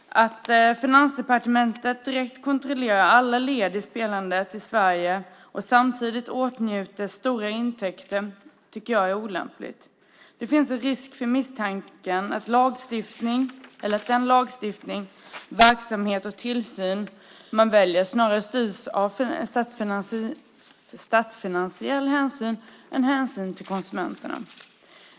Att Finansdepartementet direkt kontrollerar alla led i spelandet i Sverige och samtidigt åtnjuter stora intäkter tycker jag är olämpligt. Det finns en risk för misstanke om att den lagstiftning, verksamhet och tillsyn man väljer snarare styrs av statsfinansiell hänsyn än av hänsyn till konsumenterna.